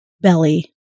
belly